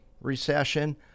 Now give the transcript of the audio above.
recession